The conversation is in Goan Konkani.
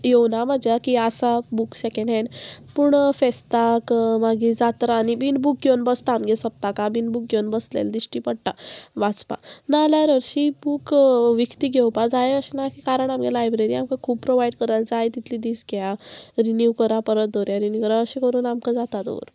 येवना म्हज्या की आसा बूक सेकेंड हँड पूण फेस्तांक मागीर जात्रा आनी बीन बूक घेवन बसता आमगे सप्तकां बीन बूक घेवन बसलेले दिश्टी पडटा वाचपाक नाल्यार हरशी बूक विकती घेवपा जाय अशें ना की कारण आमगे लायब्ररी आमकां खूब प्रोवायड करा जाय तितली दीस घेया रिन्यू करा परत दवर्या रिन्यू करा अशें करून आमकां जाता दवरपा